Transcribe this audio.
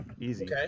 Easy